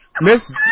Miss